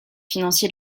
financier